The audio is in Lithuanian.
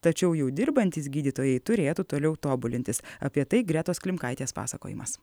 tačiau jau dirbantys gydytojai turėtų toliau tobulintis apie tai gretos klimkaitės pasakojimas